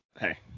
Hey